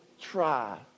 try